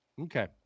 okay